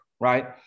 right